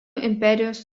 imperijos